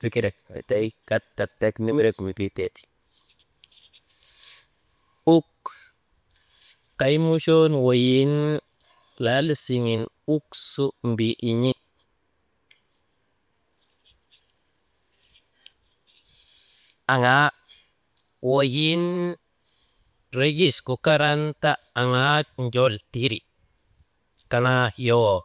fikirek «hesitation» tek nimirek mindriitee ti. Uk kay muchoonu weyiŋ lal siŋen uk mbin̰I, aŋaa weyin reyisgu karan ta aŋaa njol tiri, kanaa yowoo.